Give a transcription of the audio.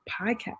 podcast